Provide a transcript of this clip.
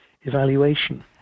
evaluation